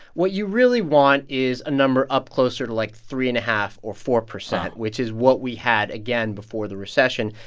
what you really want is a number up closer to, like, three and a half or four percent, which is what we had, again, before the recession.